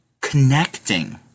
connecting